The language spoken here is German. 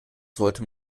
sollte